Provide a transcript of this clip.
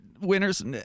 winners